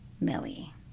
Millie